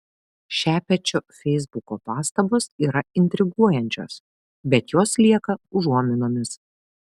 šepečio feisbuko pastabos yra intriguojančios bet jos lieka užuominomis